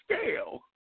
scale